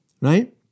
right